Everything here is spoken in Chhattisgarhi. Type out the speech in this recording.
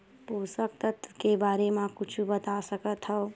पोषक तत्व के बारे मा कुछु बता सकत हवय?